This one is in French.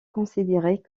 considérée